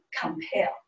compare